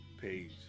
page